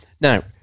Now